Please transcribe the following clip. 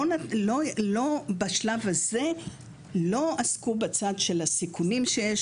לא בשלב הזה לא עסקו בצד של הסיכונים שיש